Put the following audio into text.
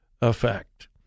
effect